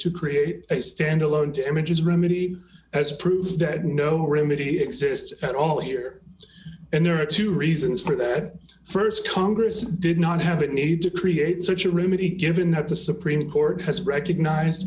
to create a stand alone to images remedy as proof that no remedy exists at all here and there are two reasons for that st congress did not have a need to create such a remedy given that the supreme court has recognized